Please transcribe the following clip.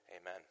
Amen